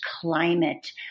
climate